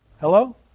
Hello